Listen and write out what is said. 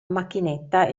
macchinetta